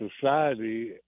society